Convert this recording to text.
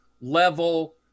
level